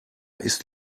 ist